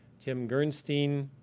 tim gernstein,